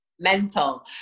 Mental